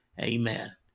amen